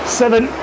seven